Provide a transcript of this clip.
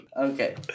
Okay